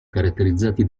caratterizzati